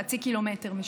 חצי קילומטר משם.